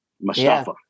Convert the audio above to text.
Mustafa